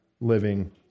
living